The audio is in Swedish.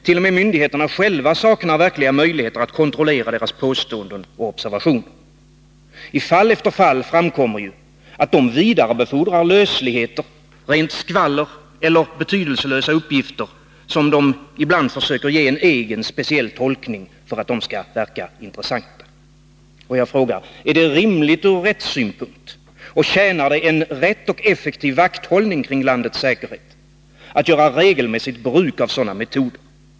T. o. m. myndigheterna själva saknar verkliga möjligheter att kontrollera deras påståenden och observationer. I fall efter fall framkommer att de vidarebefordrar lösligheter, rent skvaller eller rent betydelselösa uppgifter, som de ibland försöker ge en egen, speciell tolkning för att göra dem intressanta. Är det rimligt ur rättssynpunkt, och tjänar det en effektiv vakthållning kring landets säkerhet, att göra regelmässigt bruk av sådana metoder?